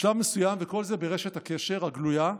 בשלב מסוים, וכל זה ברשת הקשר הגלויה,